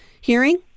hearing